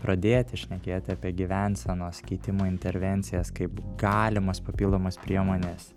pradėti šnekėti apie gyvensenos keitimo intervencijas kaip galimas papildomas priemones